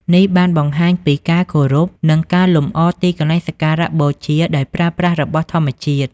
នេះបានបង្ហាញពីការគោរព និងការលម្អទីកន្លែងសក្ការៈបូជាដោយប្រើប្រាស់របស់ធម្មជាតិ។